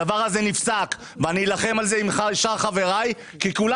הדבר הזה נפסק ואני אלחם על זה עם שאר חבריי כי כולם